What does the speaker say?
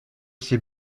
ses